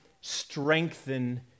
strengthen